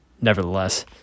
Nevertheless